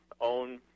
own